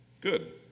good